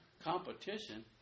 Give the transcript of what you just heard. Competition